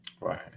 Right